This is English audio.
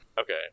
Okay